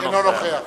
אינו נוכח